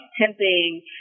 tempting